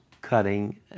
cutting